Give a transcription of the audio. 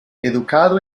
educado